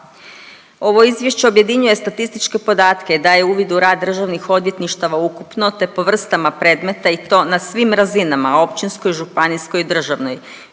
Ovo Izvješće objedinjuje statističke podatke, daje uvid u rad državnih odvjetništava ukupno te po vrstama predmeta i to na svim razinama, općinskoj, županijskoj i državnoj.